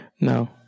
No